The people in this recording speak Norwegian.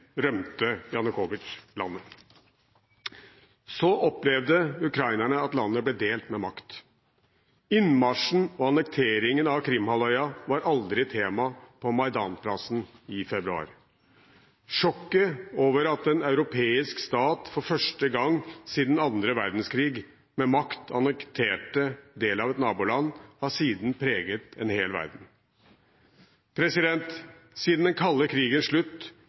rømte Janukovytsj landet. Så opplevde ukrainerne at landet ble delt med makt. Innmarsjen og annekteringen av Krim-halvøya var aldri tema på Maidan-plassen i februar. Sjokket over at en europeisk stat for første gang siden andre verdenskrig med makt annekterte en del av et naboland, har siden preget en hel verden. Siden den kalde krigens slutt